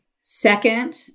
Second